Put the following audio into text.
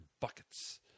buckets